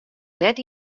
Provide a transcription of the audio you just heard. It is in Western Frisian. net